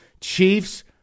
Chiefs